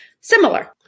similar